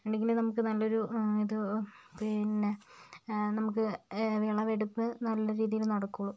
ഉണ്ടെങ്കിലേ നമുക്ക് നല്ലൊരു ഇത് പിന്നെ നമുക്ക് വിളവെടുപ്പ് നല്ല രീതിയില് നടക്കുകയുള്ളു